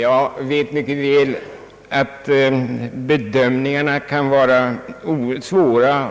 Jag vet mycket väl att bedömningarna kan vara svåra